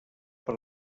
per